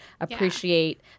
appreciate